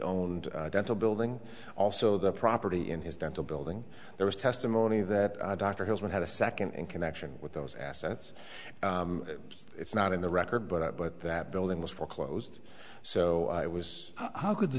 owned dental building also the property in his dental building there was testimony that i doctor has not had a second in connection with those assets it's not in the record but i but that building was foreclosed so i was how